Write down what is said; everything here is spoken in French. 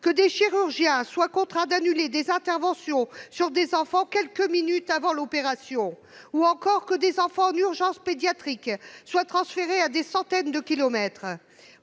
que des chirurgiens soient contraints d'annuler des interventions sur des enfants quelques minutes avant de commencer ? Que des enfants en urgence pédiatrique soient transférés à des centaines de kilomètres ?